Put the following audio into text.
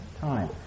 time